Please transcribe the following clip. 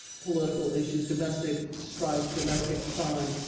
political issues, domestic strife, domestic crime,